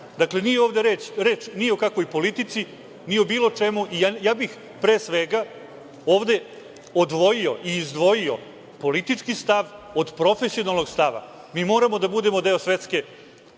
Dakle, nije ovde reč ni o kakvoj politici, ni o bilo čemu i ja bih pre svega ovde odvojio i izdvojio politički stav od profesionalnog stava. Mi moramo da budemo deo svetske